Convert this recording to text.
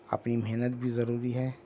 اپنی محنت بھی ضروری ہے